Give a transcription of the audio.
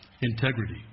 integrity